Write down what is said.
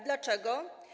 Dlaczego?